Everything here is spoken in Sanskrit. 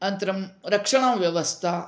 अनन्तरं रक्षणव्यवस्था